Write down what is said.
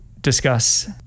discuss